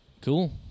cool